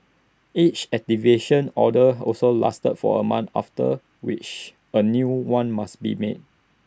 each activation order also lasts for A month after which A new one must be made